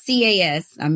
CAS